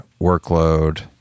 workload